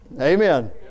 Amen